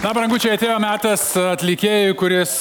na brangučiai atėjo metas atlikėjui kuris